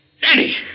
Danny